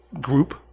group